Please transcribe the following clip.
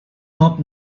not